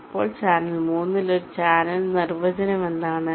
ഇപ്പോൾ ചാനൽ 3 ൽ ഒരു ചാനലിന്റെ നിർവചനം എന്താണ്